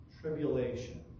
tribulation